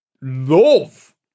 love